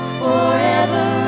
forever